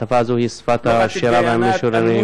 השפה הזאת היא שפת השירה והמשוררים,